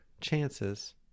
chances